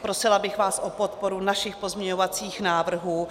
Prosila bych vás o podporu našich pozměňovacích návrhů.